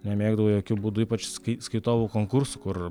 nemėgdavau jokiu būdu ypač skai skaitovų konkursų kur